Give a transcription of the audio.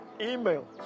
Email